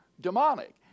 demonic